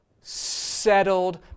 settled